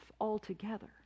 altogether